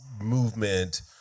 movement